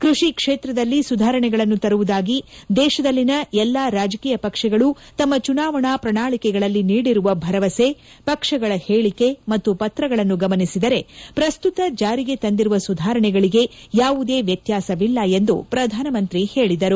ಕೃಷಿ ಕ್ಷೇತ್ರದಲ್ಲಿ ಸುಧಾರಣೆಗಳನ್ನು ತರುವುದಾಗಿ ದೇಶದಲ್ಲಿನ ಎಲ್ಲಾ ರಾಜಕೀಯ ಪಕ್ಷಗಳು ತಮ್ಮ ಚುನಾವಣಾ ಪ್ರಣಾಳಕೆಗಳಲ್ಲಿ ನೀಡಿರುವ ಭರವಸೆ ಪಕ್ಷಗಳ ಹೇಳಿಕೆ ಮತ್ತು ಪತ್ರಗಳನ್ನು ಗಮನಿಸಿದರೆ ಪ್ರಸ್ತುತ ಜಾರಿಗೆ ತಂದಿರುವ ಸುಧಾರಣೆಗಳಿಗೆ ಯಾವುದೇ ವ್ಯತ್ಯಾಸವಿಲ್ಲ ಎಂದು ಪ್ರಧಾನಮಂತ್ರಿ ಹೇಳಿದರು